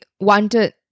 wanted